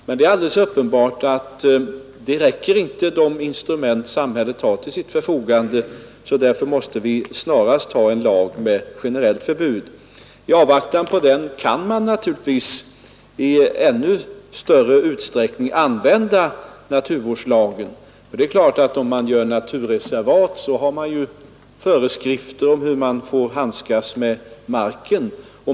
Men det är alldeles uppenbart att de instrument som samhället har till sitt förfogande inte räcker; därför måste vi snarast få en lag med generellt förbud. I avvaktan på den kan man naturligtvis i ännu större utsträckning använda naturvårdslagen. Om man gör naturreservat finns det ju föreskrifter om hur allmänheten får handskas med marken.